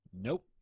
Nope